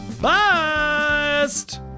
bust